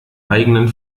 eigenen